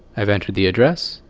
i've entered the address,